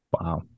Wow